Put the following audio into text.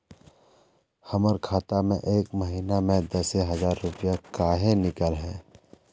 हमर खाता में एक महीना में दसे हजार रुपया काहे निकले है?